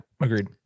agreed